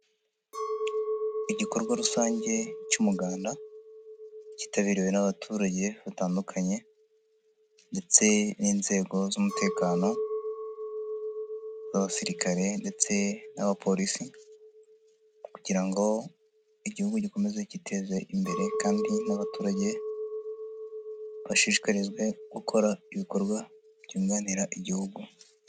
Igikorwa rusange cy'umuganda, cyitabiriwe n'abaturage batandukanye ndetse n'inzego z'umutekano z'abasirikare ndetse n'abaporisi kugira ngo igihugu gikomeze kiteze imbere, kandi n'abaturage bashishikarizwe gukora ibikorwa byunganira igihugu.